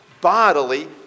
bodily